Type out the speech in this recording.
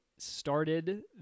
Started